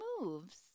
moves